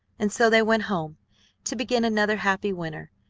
and so they went home to begin another happy winter.